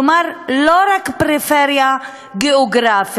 כלומר לא רק פריפריה גיאוגרפית,